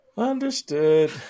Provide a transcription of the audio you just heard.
Understood